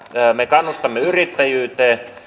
me kannustamme yrittäjyyteen